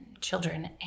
children